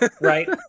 Right